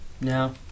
No